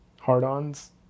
hard-ons